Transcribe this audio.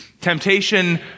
Temptation